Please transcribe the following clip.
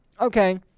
okay